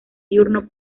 diurno